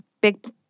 big